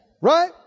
right